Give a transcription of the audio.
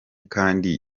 kandi